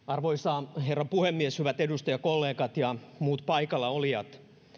arvoisa herra puhemies hyvät edustajakollegat ja muut paikalla olijat